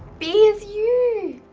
b is you.